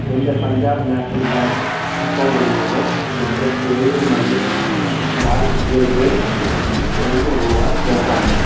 എൻ്റെ Punjab National Bank അക്കൗണ്ടിൽ നിന്ന് എൻ്റെ പേയുമണി വാലറ്റിലേക്ക് എഴുന്നൂറ് രൂപ ചേർക്കാമോ